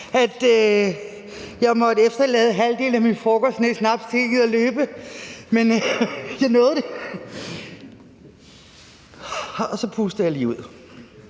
at jeg måtte efterlade halvdelen af min frokost nede i Snapstinget og løbe. Men jeg nåede det – og så puster jeg lige ud.